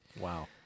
wow